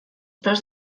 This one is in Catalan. preus